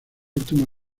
último